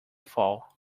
fall